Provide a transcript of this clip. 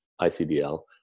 ICDL